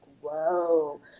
Whoa